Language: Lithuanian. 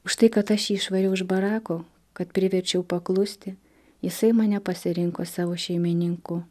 už tai kad aš jį išvariau iš barako kad priverčiau paklusti jisai mane pasirinko savo šeimininku